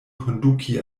konduki